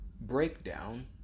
breakdown